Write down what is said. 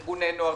ארגוני נוער.